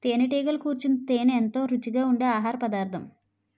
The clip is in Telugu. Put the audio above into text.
తేనెటీగలు కూర్చిన తేనే ఎంతో రుచిగా ఉండె ఆహారపదార్థం